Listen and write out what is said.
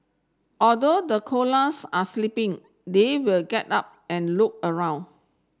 although the koalas are sleeping they will get up and look around